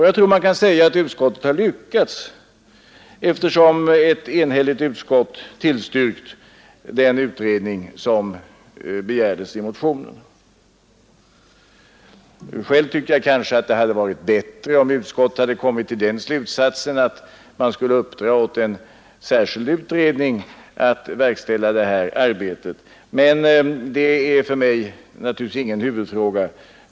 Jag tror man kan säga att utskottet har lyckats, eftersom ett enhälligt utskott tillstyrkt den utredning som begärdes i motionen. Själv tycker jag kanske att det hade varit bättre om utskottet hade kommit till den slutsatsen att man skulle uppdra åt en särskild utredning att verkställa arbetet, men det är för mig ingen huvudfråga.